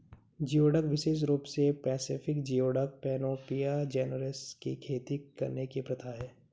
geoduck विशेष रूप से पैसिफिक जियोडक, पैनोपिया जेनेरोसा की खेती करने की प्रथा है